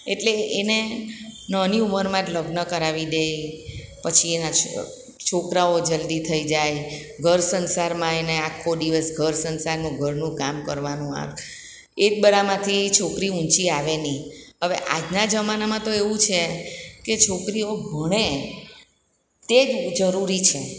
એટલે એને નાની ઉમરમાં જ લગ્ન કરાવી દે પછી એનાં છોકરાઓ જલ્દી થઈ જાય ઘર સંસારમાં એને આખો દિવસ ઘર સંસારનું ઘરનું કામ કરવાનું આવે એ જ બધામાંથી છોકરી ઊંચી આવે નહીં હેવે આજના જમાનામાં તો એવું છે કે છોકરીઓ ભણે તે જ જરૂરી છે